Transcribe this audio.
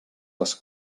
les